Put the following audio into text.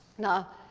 now,